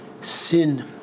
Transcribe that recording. sin